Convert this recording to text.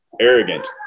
arrogant